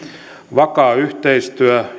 vakaa yhteistyö